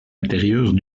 intérieure